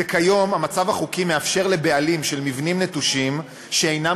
וכיום המצב החוקי מאפשר לבעלים של מבנים נטושים שאינם